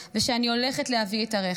ושאני הולכת להביא את הרכב.